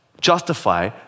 justify